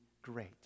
great